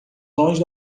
longe